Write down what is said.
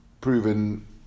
proven